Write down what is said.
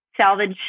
salvage